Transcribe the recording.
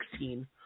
2016